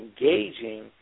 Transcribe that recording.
engaging